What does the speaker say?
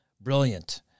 Brilliant